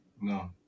No